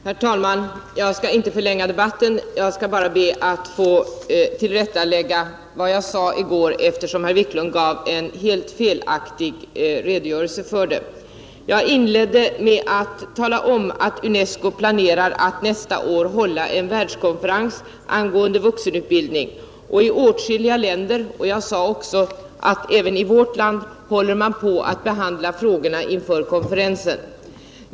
Herr talman! Jag vill inte förlänga debatten. Jag skall bara be att få tillrättalägga vad jag sade i går, eftersom herr Wiklund i Härnösand gav en felaktig redogörelse för det. Jag inledde med att tala om att UNESCO planerar att nästa år hålla en världskonferens angående vuxenutbildning. Jag sade att man i åtskilliga länder och även i vårt land håller på att behandla frågorna inför konferensen.